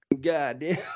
Goddamn